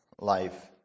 life